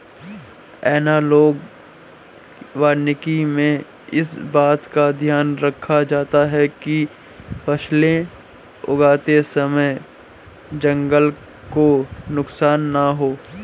analogue वानिकी में इस बात का ध्यान रखा जाता है कि फसलें उगाते समय जंगल को नुकसान ना हो